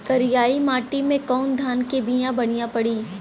करियाई माटी मे कवन धान के बिया बढ़ियां पड़ी?